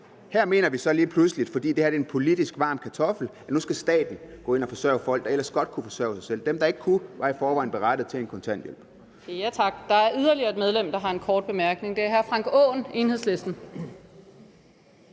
Her mener vi så lige pludselig, fordi det her politisk er en varm kartoffel, at nu skal staten gå ind og forsørge folk, der ellers godt kunne forsørge sig selv. Men dem, der ikke kunne det, var i forvejen berettiget til en kontanthjælp. Kl. 10:41 Tredje næstformand (Camilla Hersom): Tak. Der er yderligere et medlem, der har en kort bemærkning. Det er hr. Frank Aaen, Enhedslisten.